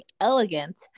elegant